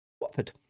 Watford